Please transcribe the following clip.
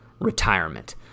retirement